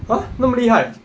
!huh! 那么厉害